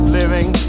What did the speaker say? living